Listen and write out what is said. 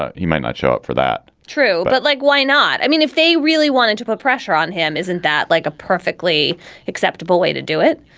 ah he might not show up for that true, but like, why not? i mean, if they really wanted to put pressure on him, isn't that like a perfectly acceptable way to do it?